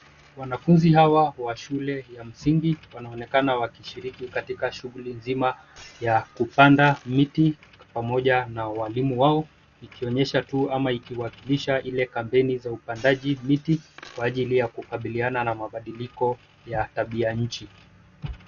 Wanafunzi hawa wa shule ya msingi wanaonekana wakishiriki katika shughuli nzima ya kupanda miti pamoja na walimu wao ikionyesha tu ama ikiwakilisha ile kampeni za upandaji miti kwa ajili ya kukabiliana na mabadiliko ya tabia nchi.